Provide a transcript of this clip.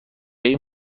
این